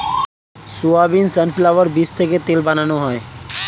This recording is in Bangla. সয়াবিন, সানফ্লাওয়ার বীজ থেকে তেল বানানো হয়